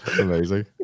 amazing